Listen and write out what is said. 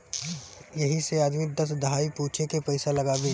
यही से आदमी दस दहाई पूछे के पइसा लगावे